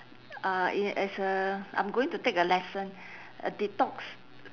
uh i~ as a I'm going to take a lesson a detox